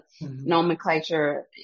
nomenclature